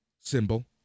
symbol